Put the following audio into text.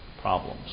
problems